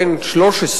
בן 13,